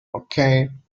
hokkien